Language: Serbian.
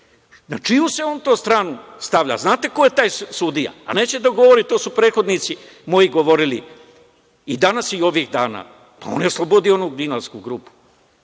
Na čiju se on to stranu stavlja? Znate ko je taj sudija, a neće da govori to su prethodnici moji govorili i danas i ovih dana, pa on je oslobodio onu gnjilansku grupu.